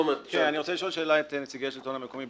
רוצה לשאול שאלה את נציגי השלטון המקומי,